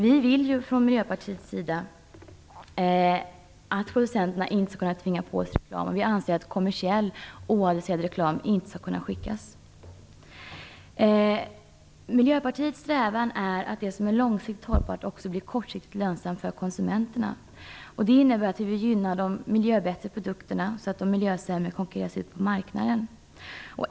Vi tycker från Miljöpartiets sida att producenterna inte skall kunna tvinga på oss reklam. Vi anser att kommersiell oadresserad reklam inte skall kunna skickas. Miljöpartiets strävan är att det som är långsiktigt hållbart också blir kortsiktigt lönsamt för konsumenterna. Detta innebär att vi vill gynna de produkter som är bättre för miljön så att de som är sämre för miljön konkurreras ut på marknaden.